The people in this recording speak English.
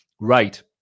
Right